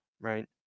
Right